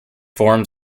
forms